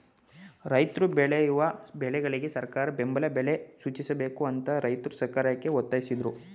ರೈತ್ರು ಬೆಳೆಯುವ ಬೆಳೆಗಳಿಗೆ ಸರಕಾರ ಬೆಂಬಲ ಬೆಲೆ ಸೂಚಿಸಬೇಕು ಅಂತ ರೈತ್ರು ಸರ್ಕಾರಕ್ಕೆ ಒತ್ತಾಸಿದ್ರು